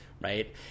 right